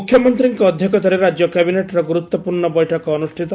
ମୁଖ୍ୟମନ୍ତୀଙ୍କ ଅଧ୍ୟକ୍ଷତାରେ ରାକ୍ୟ କ୍ୟାବିନେଟର ଗୁରୁତ୍ୱପୂର୍ଣ୍ଣ ବୈଠକ ଅନୁଷ୍ଚିତ